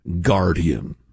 guardian